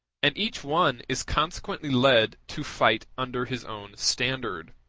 and each one is consequently led to fight under his own standard.